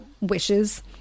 wishes